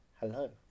Hello